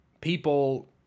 people